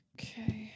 Okay